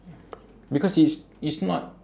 because it's it's not